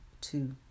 two